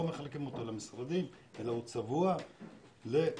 לא מחלקים אותו למשרדים, אלא הוא צבוע לטובת